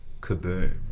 kaboom